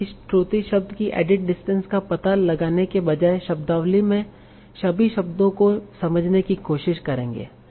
इस त्रुटि शब्द की एडिट डिस्टेंस का पता लगाने के बजाय शब्दावली में सभी शब्दों को समझने की कोशिश करेंगे